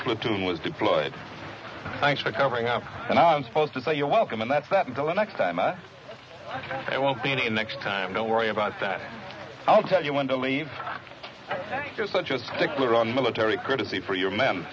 r platoon was deployed thanks for covering up and i'm supposed to say you're welcome and that's that until the next time i won't be any next time don't worry about that i'll tell you want to leave you're such a stickler on military courtesy for your men